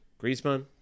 Griezmann